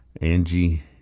Angie